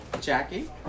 Jackie